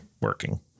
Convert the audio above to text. working